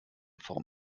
form